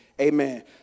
Amen